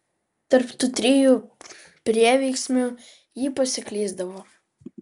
tarp tų trijų prieveiksmių ji pasiklysdavo